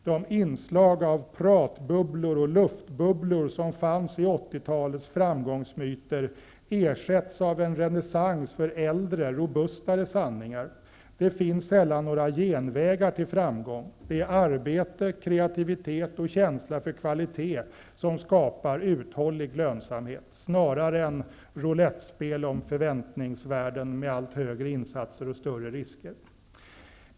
De inslag av pratbubblor och luftbubblor som fanns i 80-talets framgångsmyter ersätts av en renässans för äldre, robustare sanningar. Det finns sällan några genvägar till framgång. Det är arbete, kreativitet och känsla för kvalitet som skapar uthållig lönsamhet snarare än roulettspel om förväntade värden, med allt högre insatser och större risker.